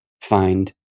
find